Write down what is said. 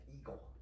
eagle